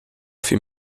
für